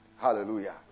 hallelujah